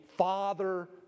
Father